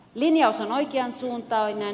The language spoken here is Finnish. linjaus on oikeansuuntainen